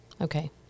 Okay